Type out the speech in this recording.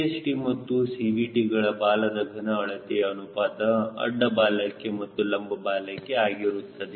CHT ಮತ್ತು CVT ಗಳು ಬಾಲದ ಘನ ಅಳತೆಯ ಅನುಪಾತ ಅಡ್ಡ ಬಾಲಕ್ಕೆಮತ್ತು ಲಂಬ ಬಾಲಕ್ಕೆ ಆಗಿರುತ್ತದೆ